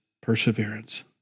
Perseverance